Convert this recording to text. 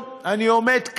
הבוץ.